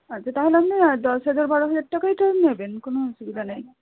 আচ্ছা তাহলে আপনি দশ হাজার বারো হাজার টাকারই তো নেবেন কোনো অসুবিধা নাই